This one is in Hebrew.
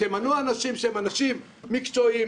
תמנו אנשים שהם אנשים מקצועיים,